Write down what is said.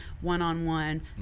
one-on-one